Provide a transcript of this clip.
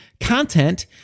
content